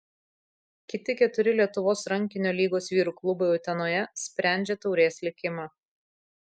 kiti keturi lietuvos rankinio lygos vyrų klubai utenoje sprendžia taurės likimą